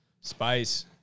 Spice